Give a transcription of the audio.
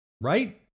right